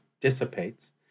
dissipates